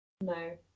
No